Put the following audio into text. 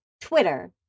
Twitter